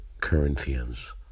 Corinthians